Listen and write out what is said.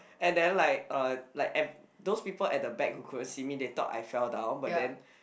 and then like uh like at those people at the back who couldn't see me they thought I fell down but then